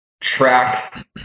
track